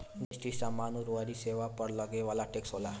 GST समाना अउरी सेवा पअ लगे वाला टेक्स होला